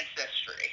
ancestry